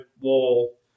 wall